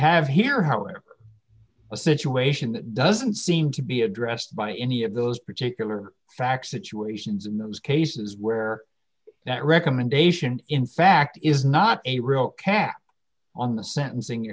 have here however a situation that doesn't seem to be addressed by any of those particular facts situations in those cases where that recommendation in fact is not a real cap on the sentencing